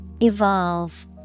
Evolve